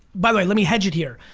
by the way, let me hedge it here.